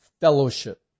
fellowship